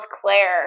Claire